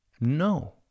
No